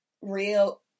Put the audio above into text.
real